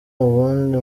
ubundi